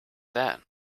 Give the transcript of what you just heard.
that